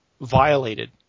violated